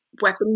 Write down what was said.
weapon